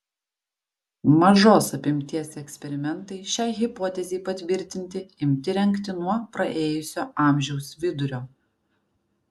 mažos apimties eksperimentai šiai hipotezei patvirtinti imti rengti nuo praėjusio amžiaus vidurio